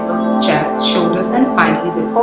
chest, shoulders and finally the